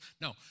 No